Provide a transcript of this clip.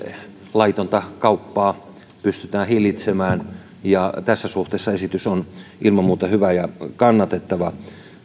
laitonta kauppaa pystytään hillitsemään ja tässä suhteessa esitys on ilman muuta hyvä ja kannatettava